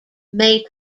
may